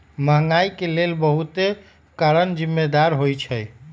महंगाई के लेल बहुते कारन जिम्मेदार होइ छइ